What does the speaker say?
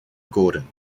gordon